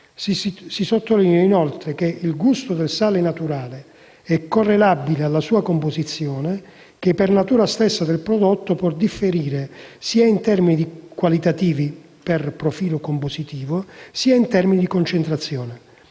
Si sottolinea, inoltre, che il gusto del sale naturale è correlabile alla sua composizione che, per natura stessa del prodotto, può differire sia in termini qualitativi (per profilo compositivo) sia in termini di concentrazione.